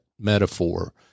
metaphor